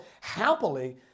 happily